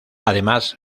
además